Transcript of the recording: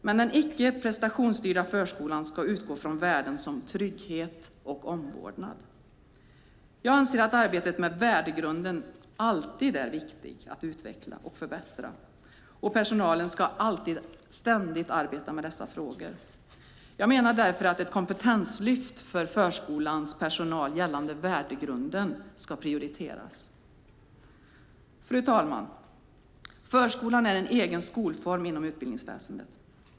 Men den icke prestationsstyrda förskolan ska utgå från värden som trygghet och omvårdnad. Jag anser att arbetet med värdegrunden alltid är viktig att utveckla och förbättra, och personalen ska ständigt arbeta med dessa frågor. Jag menar därför att ett kompetenslyft för förskolans personal gällande värdegrunden ska prioriteras. Fru talman! Förskolan är en egen skolform inom utbildningsväsendet.